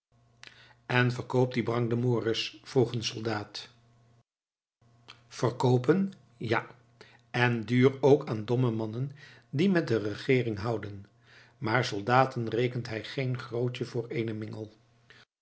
en verkoopt die brangdemoris vroeg een soldaat verkoopen ja en duur ook aan domme mannen die het met de regeering houden maar soldaten rekent hij geen grootje voor eene mingel